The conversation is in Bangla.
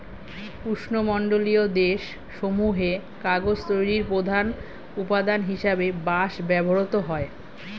উষ্ণমণ্ডলীয় দেশ সমূহে কাগজ তৈরির প্রধান উপাদান হিসেবে বাঁশ ব্যবহৃত হয়